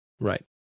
Right